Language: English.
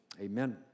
amen